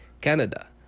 Canada